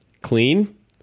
Clean